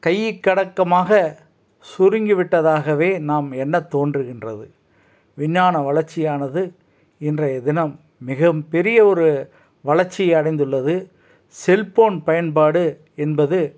கைக்கு அடக்கமாக சுருங்கி விட்டதாகவே நாம் எண்ணத் தோன்றுகின்றது விஞ்ஞான வளர்ச்சி ஆனது இன்றைய தினம் மிகப்பெரிய ஒரு வளர்ச்சி அடைந்துள்ளது செல்போன் பயன்பாடு என்பது